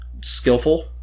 skillful